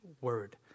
word